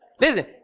Listen